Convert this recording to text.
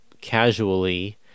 casually